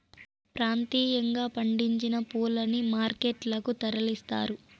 ప్రాంతీయంగా పండించిన పూలని మార్కెట్ లకు తరలిస్తారు